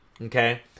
okay